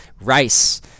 rice